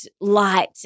light